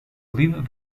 lead